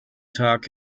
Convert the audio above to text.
tag